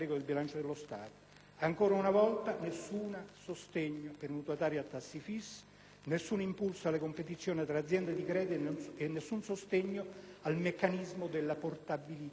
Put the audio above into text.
Ancora una volta, nessun sostegno per i mutuatari a tassi fissi, nessun impulso alla competizione tra aziende di credito e nessun sostegno al meccanismo della portabilità dei mutui.